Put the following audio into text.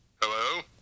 Hello